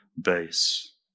base